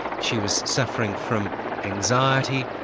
she was suffering from anxiety.